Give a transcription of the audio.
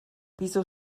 wieso